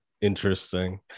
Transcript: Interesting